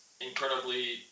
incredibly